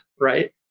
right